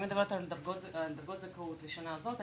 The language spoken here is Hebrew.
היא מדברת על דרגות זכאות לשנה הזאת.